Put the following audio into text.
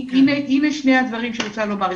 הנה שני הדברים שאני רוצה לומר.